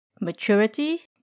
maturity